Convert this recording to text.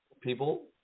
people